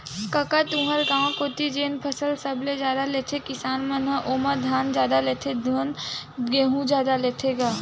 कका तुँहर गाँव कोती जेन फसल सबले जादा लेथे किसान मन ह ओमा धान जादा लेथे धुन गहूँ जादा लेथे गा?